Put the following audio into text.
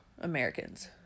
Americans